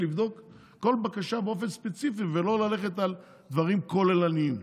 לבדוק כל בקשה באופן ספציפי ולא ללכת על דברים כוללניים.